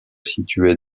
située